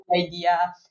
idea